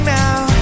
now